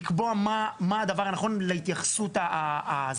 לקבוע מה הדבר הנכון להתייחסות הזה.